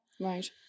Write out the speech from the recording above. Right